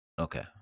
Okay